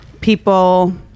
people